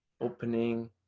opening